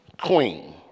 queen